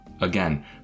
Again